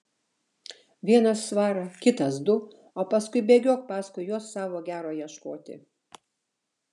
vienas svarą kitas du o paskui bėgiok paskui juos savo gero ieškoti